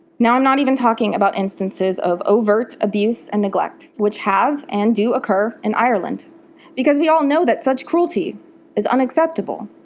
now i'm not even talking about instances of overt abuse and neglect which have and do occur in ireland because we all know such cruelty is unacceptable.